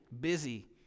busy